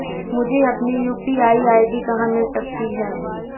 मुझे अपनी UPI ID कहां मिल सकती है?